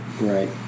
Right